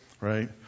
right